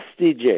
DJ